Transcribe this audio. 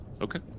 Okay